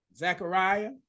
Zechariah